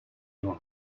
your